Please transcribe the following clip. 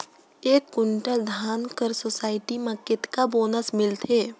एक कुंटल धान कर सोसायटी मे कतेक बोनस मिलथे?